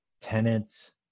tenants